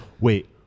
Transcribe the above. wait